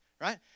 right